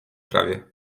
prawie